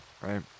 right